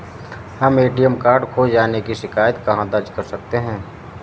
हम ATM card खो जाने की शिकायत कहाँ दर्ज कर सकते हैं?